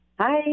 Hi